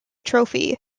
trophy